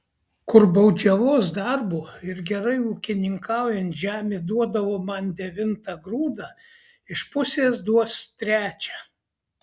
kur baudžiavos darbu ir gerai ūkininkaujant žemė duodavo man devintą grūdą iš pusės duos trečią